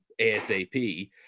ASAP